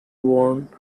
worn